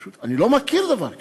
פשוט אני לא מכיר דבר כזה.